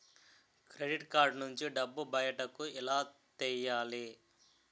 Credit card నుంచి డబ్బు బయటకు ఎలా తెయ్యలి?